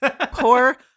Poor